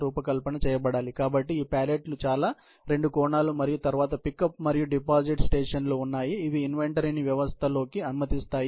రూపకల్పన చేయబడాలి కాబట్టి ఈ ప్యాలెట్లు చాలా రెండు కోణాలు మరియు తరువాత పికప్ మరియు డిపాజిట్ స్టేషన్లు ఉన్నాయి ఇవి ఇన్వెంటరీని వ్యవస్థలోకి అనుమతిస్తాయి